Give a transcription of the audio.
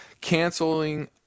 canceling